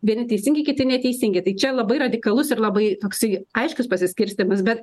vieni teisingi kiti neteisingi tai čia labai radikalus ir labai toksai aiškus pasiskirstymas bet